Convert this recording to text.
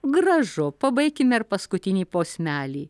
gražu pabaikime ir paskutinį posmelį